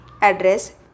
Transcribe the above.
address